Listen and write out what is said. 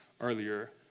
earlier